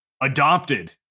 adopted